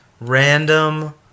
random